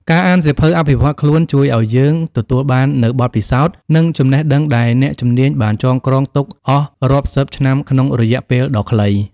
ការអានសៀវភៅអភិវឌ្ឍខ្លួនជួយឱ្យយើងទទួលបាននូវបទពិសោធន៍ និងចំណេះដឹងដែលអ្នកជំនាញបានចងក្រងទុកអស់រាប់សិបឆ្នាំក្នុងរយៈពេលដ៏ខ្លី។